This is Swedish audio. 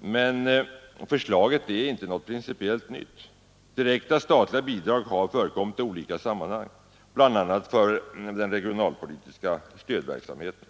Men förslaget är inte något principiellt nytt. Direkta statliga bidrag har förekommit i olika sammanhang, bl.a. för den regionalpolitiska stödverksamheten.